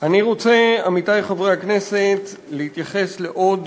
אני רוצה, עמיתי חברי הכנסת, להתייחס לעוד